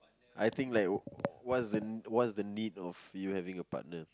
I think like what's the what's the need of you having a partner